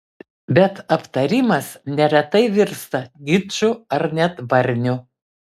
bet aptarimas neretai virsta ginču ar net barniu